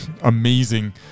amazing